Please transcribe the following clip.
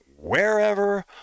wherever